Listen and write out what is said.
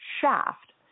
shaft